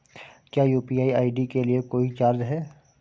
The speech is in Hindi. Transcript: क्या यू.पी.आई आई.डी के लिए कोई चार्ज है?